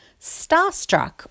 starstruck